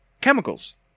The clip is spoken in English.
chemicals